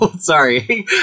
sorry